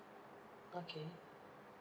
mm okay